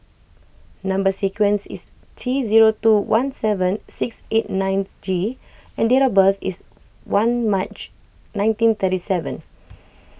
Number Sequence is T zero two one seven six eight nine G and date of birth is one March nineteen thirty seven